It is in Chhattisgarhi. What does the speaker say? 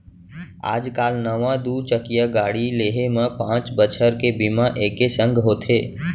आज काल नवा दू चकिया गाड़ी लेहे म पॉंच बछर के बीमा एके संग होथे